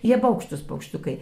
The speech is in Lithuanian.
jie baugštūs paukštukai